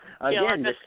again